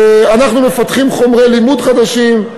אנחנו מפתחים חומרי לימוד חדשים,